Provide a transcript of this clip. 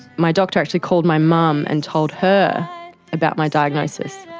my doctor actually called my mum and told her about my diagnosis,